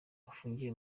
bafungiye